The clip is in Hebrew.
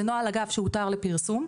זה נוהל אגב שאותר לפרסום,